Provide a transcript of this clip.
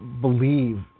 believe